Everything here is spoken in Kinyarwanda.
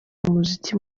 umuziki